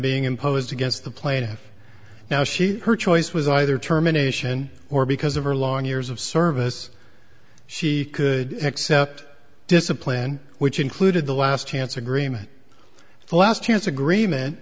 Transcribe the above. being imposed against the plaintiff now she her choice was either terminations or because of her long years of service she could accept discipline which included the last chance agreement the last chance agreement